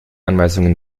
anweisungen